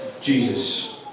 Jesus